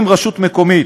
אם רשות מקומית